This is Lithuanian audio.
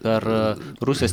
per rusijos